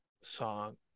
song